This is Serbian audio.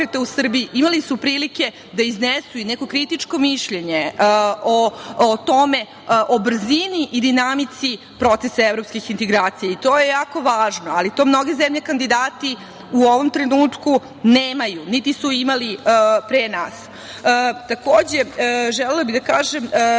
imali su prilike da iznesu i neko kritičko mišljenje o tome, o brzini i dinamici procesa evropskih integracija. To je jako važno, ali to mnoge zemlje kandidati u ovom trenutku nemaju, niti su imali pre nas. Takođe, želela bih da kažem